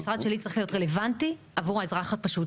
המשרד שלי צריך להיות רלוונטי עבור האזרח הפשוט.